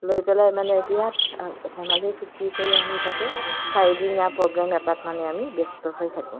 লৈ পেলাই মানে বিৰাট ধেমালি ফূৰ্তি কৰি আমি তাতে চাৰদিনীয়া প্ৰগ্ৰেম এটাত মানে আমি ব্যস্ত হৈ থাকোঁ